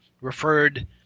referred